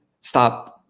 stop